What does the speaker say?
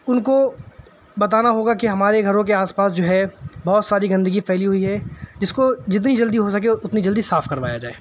ان کو بتانا ہوگا کہ ہمارے گھروں کے آس پاس جو ہے بہت ساری گندگی پھیلی ہوئی ہے جس کو جتنی جلدی ہو سکے اتنی جلدی صاف کروایا جائے